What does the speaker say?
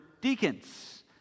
deacons